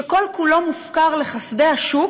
שכל-כולו מופקר לחסדי השוק,